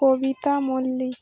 Kabita Mallick